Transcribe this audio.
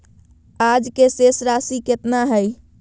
आज के शेष राशि केतना हइ?